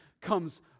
comes